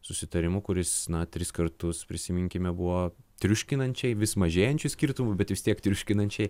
susitarimu kuris na tris kartus prisiminkime buvo triuškinančiai vis mažėjančiu skirtumu bet vis tiek triuškinančiai